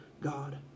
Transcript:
God